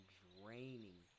draining